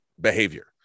behavior